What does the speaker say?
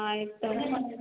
ಹಾಂ ಆಯಿತು